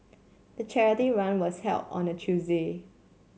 the charity run was held on a Tuesday